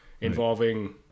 involving